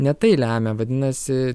ne tai lemia vadinasi